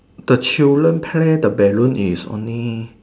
the children play the balloon is only